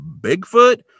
Bigfoot